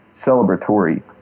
celebratory